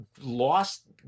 lost